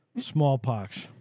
Smallpox